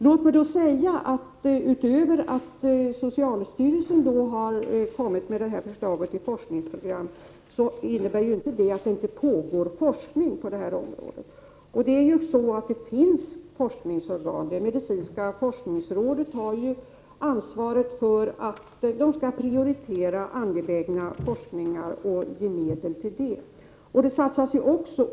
Låt mig säga att det faktum att socialstyrelsen i november 1988 har kommit med sitt förslag till forskningsprogram inte innebär att det inte skulle pågå någon forskning på det här området. Det finns ju forskningsorgan — medicinska forskningsrådet har ansvaret för att prioritera angelägen forskning och ge medel till denna.